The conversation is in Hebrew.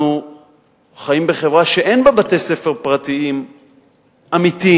אנחנו חיים בחברה שאין בה בתי-ספר פרטיים אמיתיים.